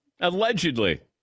allegedly